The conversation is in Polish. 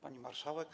Pani Marszałek!